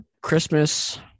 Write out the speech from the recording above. Christmas